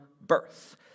birth